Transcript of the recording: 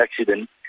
accident